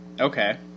Okay